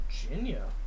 Virginia